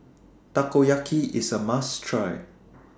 Takoyaki IS A must Try